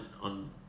on